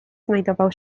znajdował